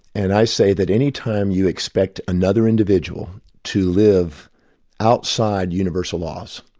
and i say that any time you expect another individual to live outside universal laws,